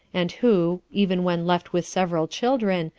and who, even when left with several children,